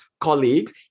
colleagues